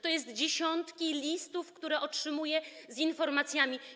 To dziesiątki listów, które otrzymuję z informacjami.